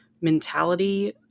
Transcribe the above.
mentality